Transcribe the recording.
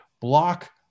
block